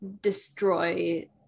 destroy